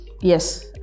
Yes